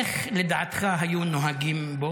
איך, לדעתך, היו נוהגים בו?